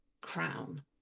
crown